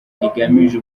rigamije